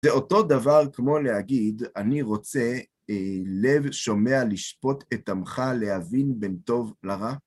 זה אותו דבר, כמו להגיד, אני רוצה לב שומע לשפוט את עמך להבין בין טוב לרע.